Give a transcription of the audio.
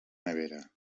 nevera